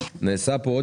נעשה פה עוד